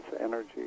energy